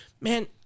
Man